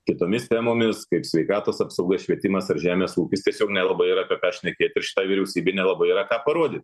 kitomis temomis kaip sveikatos apsauga švietimas ar žemės ūkis tiesiog nelabai yra apie ką šnekėt ir šitai vyriausybei nelabai yra ką parodyt